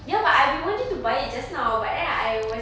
ya but I've been wanting to buy it just now but then I was